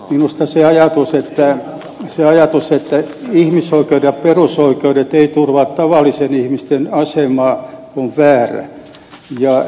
minusta se ajatus että ihmisoikeudet ja perusoikeudet eivät turvaa tavallisten ihmisten asemaa on väärä